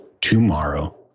tomorrow